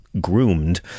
groomed